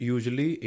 Usually